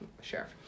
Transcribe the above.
sheriff